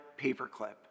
paperclip